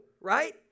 right